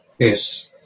Yes